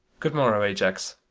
good morrow, ajax.